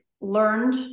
learned